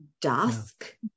dusk